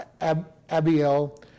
Abiel